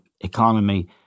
economy